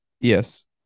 Yes